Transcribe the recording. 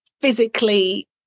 physically